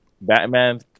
Batman